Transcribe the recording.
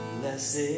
Blessed